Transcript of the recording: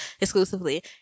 exclusively